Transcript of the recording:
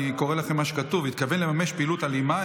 אני קורא לכם את מה שכתוב: התכוון לממש פעילות אלימה,